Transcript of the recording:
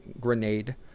grenade